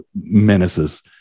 menaces